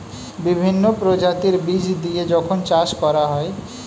বিভিন্ন প্রজাতির বীজ দিয়ে যখন চাষ করা হয়